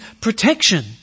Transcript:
protection